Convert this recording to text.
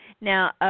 Now